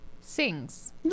sings